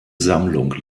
sammlung